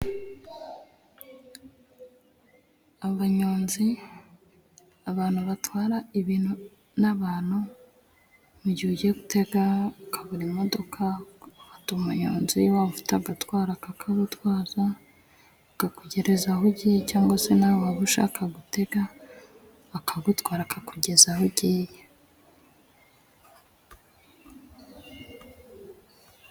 Abanyonzi, abantu batwara ibintu n'abantu. Mu gihe ugiye gutega ukabura imodoka, ufata umuyonzi waba ufite agatwaro akakagutwaza, akakugereza aho ugiye cyangwa se nawe waba ushaka gutega, akagutwara akakugeza aho ugiye.